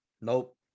Nope